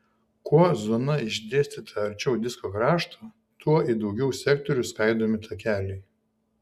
kuo zona išdėstyta arčiau disko krašto tuo į daugiau sektorių skaidomi takeliai